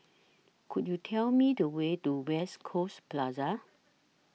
Could YOU Tell Me The Way to West Coast Plaza